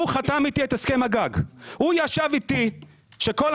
הוא חתם איתי את הסכם הגג.